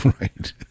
Right